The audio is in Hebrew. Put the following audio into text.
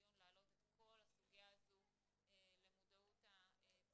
בדיון הוא להעלות את כל הסוגיה הזו למודעות הצרכנים.